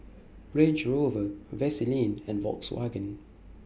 Range Rover Vaseline and Volkswagen